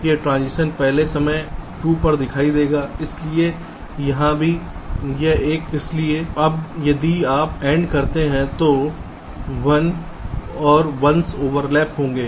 तो यहाँ यह ट्रांजिशन पहले समय 2 पर दिखाई देगा इसलिए यहाँ भी यह एक राजस्थान बना रहा है इसलिए अब यदि आप AND करते हैं तो ये 1s और 1s ओवरलैप होंगे